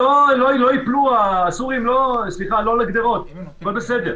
הסורים לא על הגדרות, הכול בסדר.